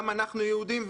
גם אנחנו יהודים.